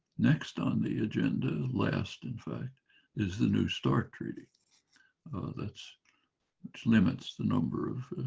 next on the agenda last in fact is the new start treaty that but limits the number of